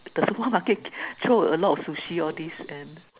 the supermarket throw a lot Sushi all this and